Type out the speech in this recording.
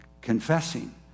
confessing